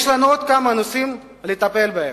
יש לנו עוד כמה נושאים לטפל בהם.